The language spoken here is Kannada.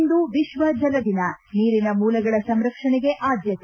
ಇಂದು ವಿಶ್ವ ಜಲ ದಿನ ನೀರಿನ ಮೂಲಗಳ ಸಂರಕ್ಷಣೆಗೆ ಆದ್ಯತೆ